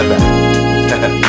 bye-bye